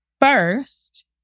First